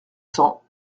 cents